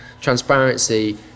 transparency